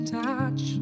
touch